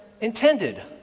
intended